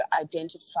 identify